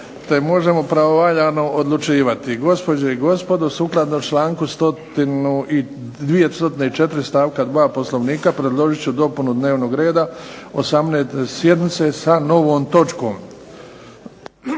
te možemo pravovaljano odlučivati. Gospođe i gospodo, sukladno članku 204. stavka 2. Poslovnika predložit ću dopunu dnevnog reda 18. sjednice sa novom točkom.